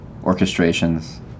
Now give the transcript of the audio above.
orchestrations